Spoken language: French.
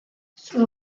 son